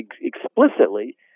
explicitly